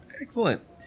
Excellent